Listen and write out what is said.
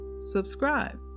subscribe